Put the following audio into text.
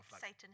Satan